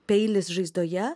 peilis žaizdoje